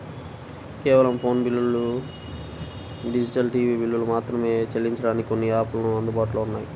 కేవలం ఫోను బిల్లులు, digital TV బిల్లులు మాత్రమే చెల్లించడానికి కొన్ని యాపులు అందుబాటులో ఉన్నాయి